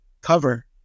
cover